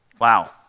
Wow